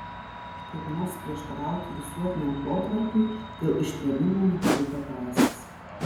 kaip nors prieštarauti visuotiniam potvarkiui dėl ištrėmimo neturite teisės